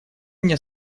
мне